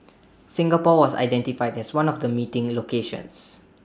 Singapore was identified as one of the meeting locations